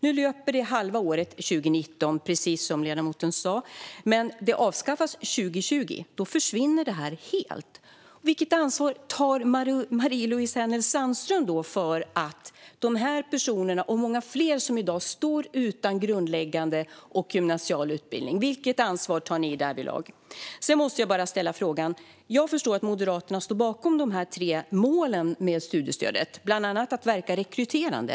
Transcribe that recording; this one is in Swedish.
Nu löper det halva året 2019, precis som ledamoten sa. Men det avskaffas 2020. Då försvinner det helt. Vilket ansvar tar Marie-Louise Hänel Sandström då för de här personerna och många fler som i dag står utan grundläggande och gymnasial utbildning? Vilket ansvar tar ni därvidlag? Jag förstår att Moderaterna står bakom de tre målen med studiestödet, bland annat att det ska verka rekryterande.